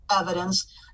evidence